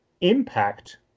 impact